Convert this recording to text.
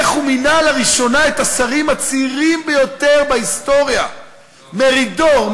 איך הוא מינה לראשונה את השרים הצעירים ביותר בהיסטוריה מרידור,